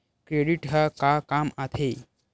Credit ह का काम आथे?